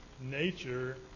nature